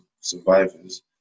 survivors